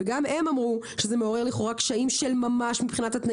וגם הם אמרו שזה מעורר לכאורה קשיים של ממש מבחינת התנאים